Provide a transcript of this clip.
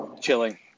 chilling